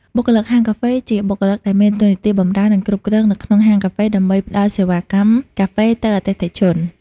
បុគ្គលិកហាងកាហ្វេ ជាបុគ្គលដែលមានតួនាទីបម្រើ និងគ្រប់គ្រងនៅក្នុងហាងកាហ្វេ ដើម្បីផ្ដល់សេវាកម្មកាហ្វេទៅអតិថិជន។